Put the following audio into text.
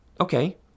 Okay